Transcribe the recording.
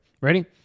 Ready